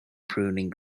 pruning